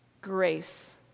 grace